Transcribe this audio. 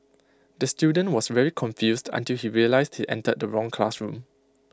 the student was very confused until he realised he entered the wrong classroom